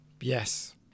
Yes